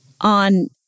on